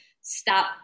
Stop